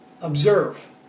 Observe